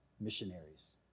missionaries